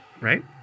Right